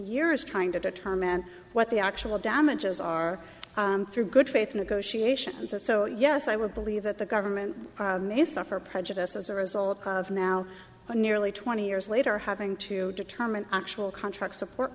years trying to determine what the actual damages are through good faith negotiations and so yes i would believe that the government has suffered prejudice as a result of now nearly twenty years later having to determine actual contract support